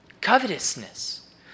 Covetousness